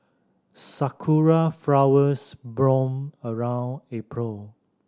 sarawak flowers bloom around April